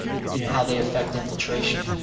you know, how they affect infiltration.